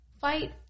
fight